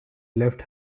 left